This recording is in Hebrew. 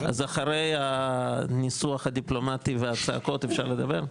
אז אחרי הניסוח הדיפלומטי והצעקות אפשר לדבר?